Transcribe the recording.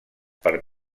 per